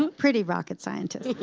um pretty rocket scientist.